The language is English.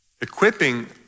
Equipping